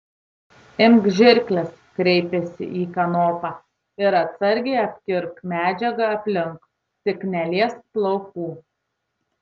imk žirkles kreipėsi į kanopą ir atsargiai apkirpk medžiagą aplink tik neliesk plaukų